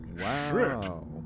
Wow